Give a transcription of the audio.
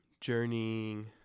journeying